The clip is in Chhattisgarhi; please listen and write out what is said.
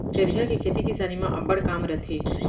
चरिहा के खेती किसानी म अब्बड़ काम रथे